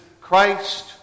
Christ